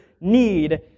need